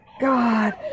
God